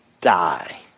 die